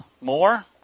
more